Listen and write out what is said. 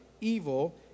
evil